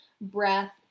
breath